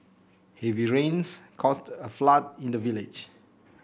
heavy rains caused a flood in the village